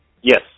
Yes